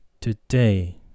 today